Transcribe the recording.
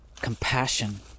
compassion